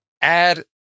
add